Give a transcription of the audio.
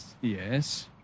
Yes